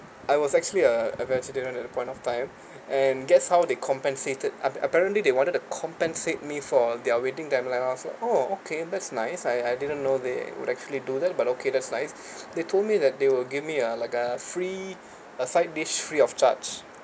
I was actually a a vegetarian at the point of time and guess how they compensated a~ apparently they wanted to compensate me for their waiting time like I was like oh okay that's nice I I didn't know they would actually do that but okay that's nice they told me that they will give me a like a free a side dish free of charge